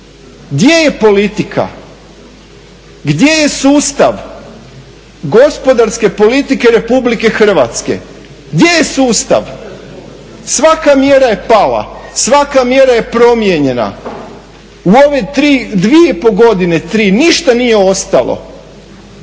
Gdje je politika? Gdje je sustav gospodarske politike Republike Hrvatske? Gdje je sustav? Svaka mjera je pala, svaka mjera je primijenjena. U ove 3, 2,5 godine, 3 ništa nije ostalo.